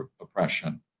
oppression